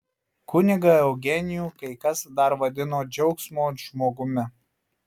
kunigą eugenijų kai kas dar vadino džiaugsmo žmogumi